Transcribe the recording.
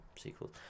sequel